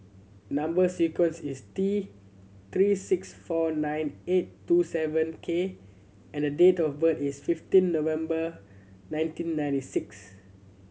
number sequence is T Three six four nine eight two seven K and date of birth is fifteen November nineteen ninety six